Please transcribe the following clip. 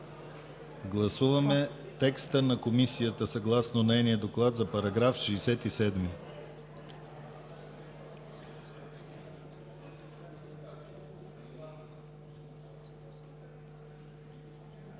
гласуване текста на Комисията съгласно нейния доклад за § 67.